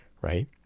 right